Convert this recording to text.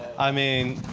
i mean,